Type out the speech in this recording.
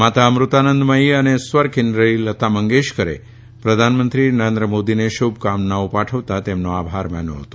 માતા અમૃતાનંદમથી અને સ્વરકિન્નરી લતા મંગેશકરે પ્રધાનમંત્રી નરેન્દ્ર મોદીને શુભકામનાઓ પાઠવતા તેમનો આભાર માન્યો હતો